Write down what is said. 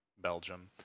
Belgium